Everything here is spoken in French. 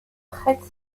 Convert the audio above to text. prête